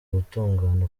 gutungana